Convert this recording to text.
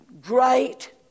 great